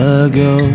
ago